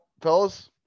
fellas